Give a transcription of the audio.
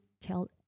tell